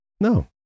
No